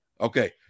Okay